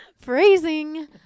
Phrasing